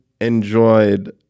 enjoyed